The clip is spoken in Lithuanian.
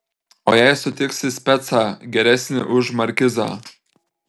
o jei sutiksi specą geresnį už markizą